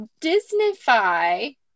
Disneyfy